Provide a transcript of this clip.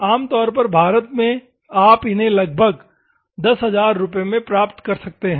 आम तौर पर भारत में आप इन्हे लगभग 10000 INR में प्राप्त कर सकते हैं